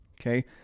Okay